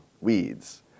weeds